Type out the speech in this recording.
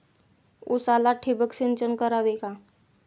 उसाला ठिबक सिंचन करावे का?